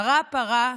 פרה-פרה,